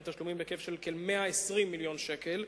תשלומים בהיקף של כ-120 מיליון שקל.